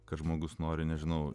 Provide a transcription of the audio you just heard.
kad žmogus nori nežinau